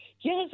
Yes